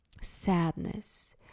sadness